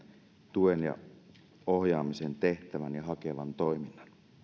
tuen ja ohjaamisen tehtävän ja hakevan toiminnan